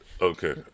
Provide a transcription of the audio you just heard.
Okay